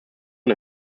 und